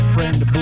Friend